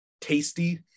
tasty